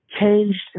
changed